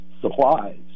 supplies